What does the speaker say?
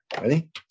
Ready